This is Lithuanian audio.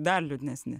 dar liūdnesni